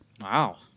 Wow